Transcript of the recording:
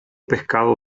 pescado